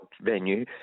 venue